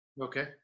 Okay